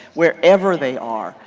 wherever they are.